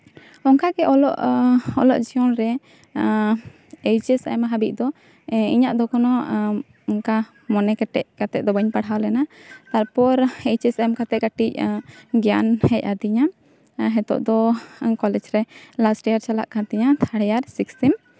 ᱚᱱᱠᱟᱜᱮ ᱚᱞᱚᱜ ᱡᱤᱭᱚᱱ ᱨᱮ ᱮᱭᱤᱪ ᱮᱥ ᱮᱢ ᱦᱟᱹᱵᱤᱡ ᱫᱚ ᱤᱧᱟᱹᱜ ᱫᱚ ᱠᱳᱱᱳ ᱚᱱᱠᱟ ᱢᱚᱱᱮ ᱠᱮᱴᱮᱡ ᱠᱟᱛᱮ ᱫᱚ ᱵᱟᱹᱧ ᱯᱟᱲᱦᱟᱣ ᱞᱮᱱᱟ ᱛᱟᱨᱯᱚᱨ ᱮᱭᱤᱪ ᱮᱥ ᱮᱢ ᱠᱟᱛᱮ ᱠᱟᱹᱴᱤᱡ ᱜᱮᱭᱟᱱ ᱦᱮᱡ ᱟᱹᱫᱤᱧᱟ ᱱᱤᱛᱚᱜ ᱫᱚ ᱠᱚᱞᱮᱡᱽ ᱨᱮ ᱞᱟᱥᱴ ᱤᱭᱟᱨ ᱪᱟᱞᱟᱜ ᱠᱟᱱ ᱛᱤᱧᱟᱹ ᱴᱷᱟᱨᱴ ᱤᱭᱟᱨ ᱥᱤᱠᱥ ᱥᱮᱢ